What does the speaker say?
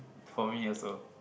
for me also